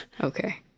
Okay